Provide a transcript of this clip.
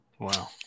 Wow